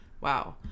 Wow